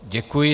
Děkuji.